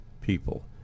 people